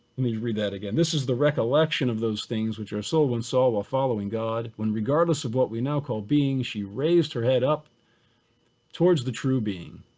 me read that again. this is the recollection of those things which our soul when ah following god when regardless of what we now called being, she raised her head up towards the true being.